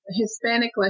Hispanic